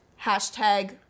Hashtag